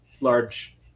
large